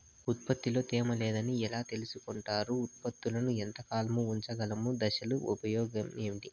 ఉత్పత్తి లో తేమ లేదని ఎలా తెలుసుకొంటారు ఉత్పత్తులను ఎంత కాలము ఉంచగలము దశలు ఉపయోగం ఏమి?